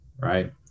Right